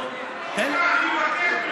תקרא, אני מבקש ממך.